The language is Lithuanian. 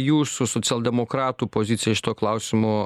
jūsų socialdemokratų pozicija šituo klausimu